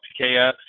PKS